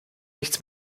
nichts